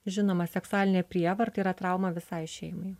žinoma seksualinė prievarta yra trauma visai šeimai